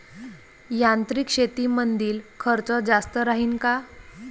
यांत्रिक शेतीमंदील खर्च जास्त राहीन का?